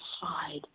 hide